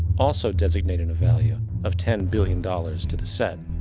also designating a value of ten billion dollars to the set.